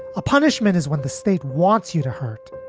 a punishment is when the state wants you to hurt,